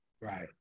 Right